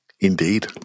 Indeed